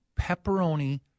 pepperoni